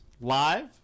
live